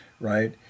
right